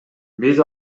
биз